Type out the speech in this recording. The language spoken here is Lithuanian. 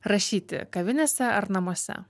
rašyti kavinėse ar namuose